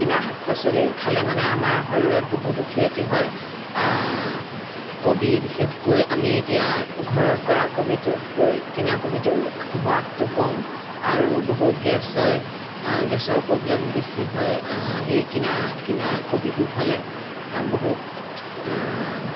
কিনা শাক পাচলি খালে মানে আমাৰ শৰীৰত বহুতো ক্ষতি হয় কবি বিশেষকৈ আমি এতিয়া ঘৰত কৰা কবিটোতকৈ কিনা কবিটো সোৱাদটো কম আৰু বহুত গেছ হয় গেছৰ প্ৰব্লেম বেছি হয় সেই কিনা কিনা কবিটো খালে বহুত